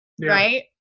right